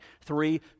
three